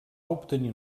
obtenir